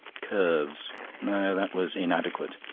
curves no, that was inadequate.